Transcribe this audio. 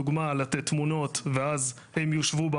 כמו אישורי עלייה לטיסה בחלק מהזמן,